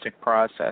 process